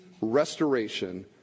restoration